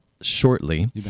shortly